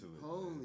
Holy